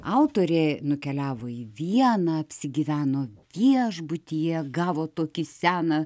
autorė nukeliavo į vieną apsigyveno viešbutyje gavo tokį seną